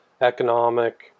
economic